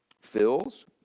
fills